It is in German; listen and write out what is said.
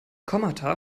kommata